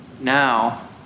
Now